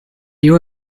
you